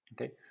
Okay